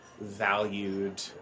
valued